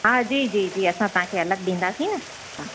हा जी जी जी असां तव्हांखे अलॻि ॾींदासीं न हा